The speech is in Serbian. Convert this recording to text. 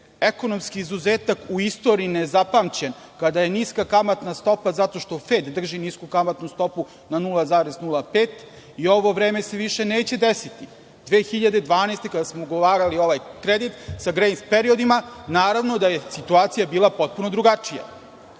ekonomski izuzetak u istoriji nezapamćen. Kada je niska kamatna stopa zato što FED drži nisu kamatnu stopu na 0,05 i ovo vreme se više neće desiti. Godine 2012. Kada smo ugovarali ovaj kredit sa grejs periodima naravno da je situacija bila potpuno drugačija.